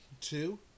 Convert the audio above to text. Two